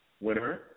winner